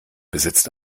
besitzt